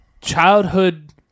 childhood